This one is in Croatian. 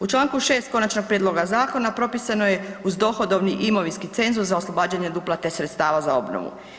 U čl. 6. konačnog prijedloga zakona propisano je uz dohodovni imovinski cenzus za oslobađanje od uplate sredstava za obnovu.